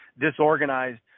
disorganized